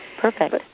Perfect